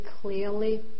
clearly